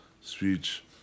speech